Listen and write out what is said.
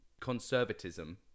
conservatism